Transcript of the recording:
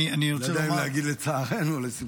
אני רוצה לומר --- אני לא יודע אם להגיד לצערנו או לשמחתנו,